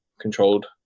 controlled